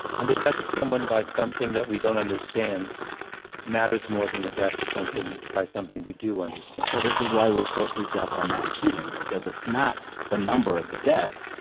and the death of someone by something that we don't understand matters more than the death of something by something we do understand well, this is why we're so freaked out by mass shootings because it's not the number of the deaths.